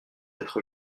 être